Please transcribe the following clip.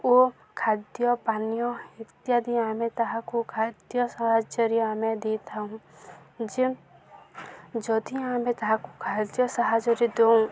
ଓ ଖାଦ୍ୟ ପାନୀୟ ଇତ୍ୟାଦି ଆମେ ତାହାକୁ ଖାଦ୍ୟ ସାହାଯ୍ୟରେ ଆମେ ଦେଇଥାଉ ଯେ ଯଦି ଆମେ ତାହାକୁ ଖାଦ୍ୟ ସାହାଯ୍ୟରେ ଦଉଁ